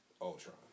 Ultron